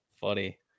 funny